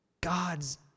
God's